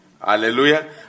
Hallelujah